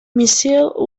missile